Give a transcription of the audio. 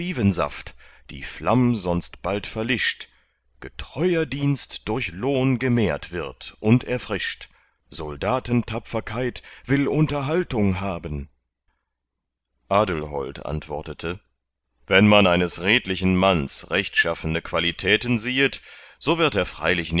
die flamm sonst bald verlischt getreuer dienst durch lohn gemehrt wird und erfrischt soldatentapferkeit will unterhaltung haben adelhold antwortete wann man eines redlichen manns rechtschaffene qualitäten siehet so wird er freilich